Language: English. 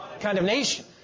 Condemnation